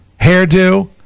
hairdo